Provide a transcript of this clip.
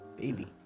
Baby